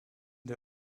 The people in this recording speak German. der